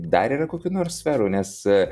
dar yra kokių nors sferų nes